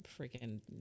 freaking